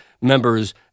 members